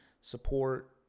support